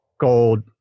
gold